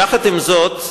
יחד עם זאת,